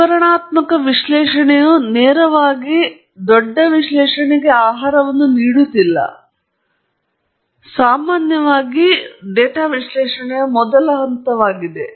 ಆದರೆ ವಿವರಣಾತ್ಮಕ ವಿಶ್ಲೇಷಣೆಯು ನೇರವಾಗಿ ದೊಡ್ಡ ವಿಶ್ಲೇಷಣೆಗೆ ಆಹಾರವನ್ನು ನೀಡುತ್ತಿಲ್ಲ ಇದು ಸಾಮಾನ್ಯವಾಗಿ ಡೇಟಾ ವಿಶ್ಲೇಷಣೆಯಲ್ಲಿ ಮೊದಲ ಹಂತವಾಗಿದೆ